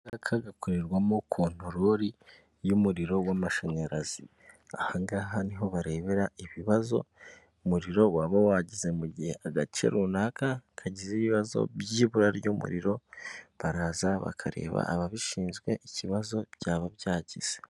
Shaka gakorerwamo konturori y'umuriro w'amashanyarazi, ahangaha niho barebera ibibazo umuriro waba wagize mu gihe agace runaka kagize ibibazo by'ibura ry'umuriro baraza bakareba ababishinzwe ikibazo byaba byagize.